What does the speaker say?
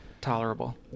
tolerable